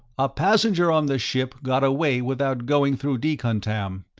a passenger on the ship got away without going through decontam.